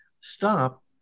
stop